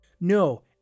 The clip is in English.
no